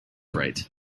right